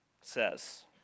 says